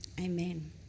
amen